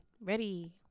Ready